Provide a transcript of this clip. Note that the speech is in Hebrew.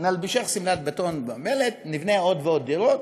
נלבישך שמלת בטון ומלט, נבנה עוד ועוד דירות,